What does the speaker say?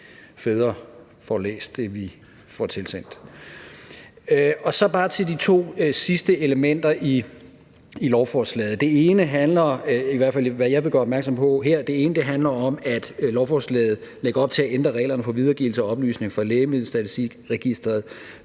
fædre får læst det, vi får tilsendt. Så til de to sidste elementer i lovforslaget: Det ene handler om, og det vil jeg gøre opmærksom på her, at lovforslaget lægger op til at ændre reglerne for videregivelse af oplysninger fra Lægemiddelstatistikregisteret,